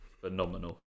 phenomenal